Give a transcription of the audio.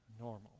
Normal